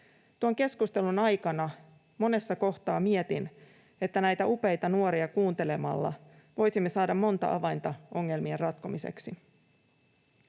Tuon keskustelun aikana monessa kohtaa mietin, että näitä upeita nuoria kuuntelemalla voisimme saada monta avainta ongelmien ratkomiseksi.